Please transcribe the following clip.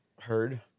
Heard